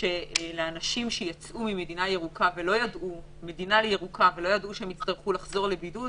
שאומרת שלאנשים שיצאו ממדינה ירוקה ולא ידעו שהם יצטרכו לחזור לבידוד,